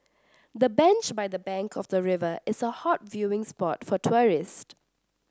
the bench by the bank of the river is a hot viewing spot for tourists